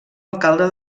alcalde